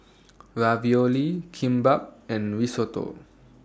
Ravioli Kimbap and Risotto